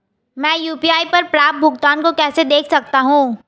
मैं यू.पी.आई पर प्राप्त भुगतान को कैसे देख सकता हूं?